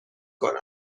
کند